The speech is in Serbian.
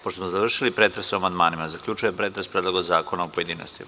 Pošto smo završili pretres o amandmanima, zaključujem pretres Predloga zakona u pojedinostima.